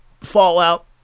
fallout